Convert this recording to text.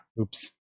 Oops